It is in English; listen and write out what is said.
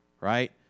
right